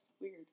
weird